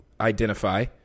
identify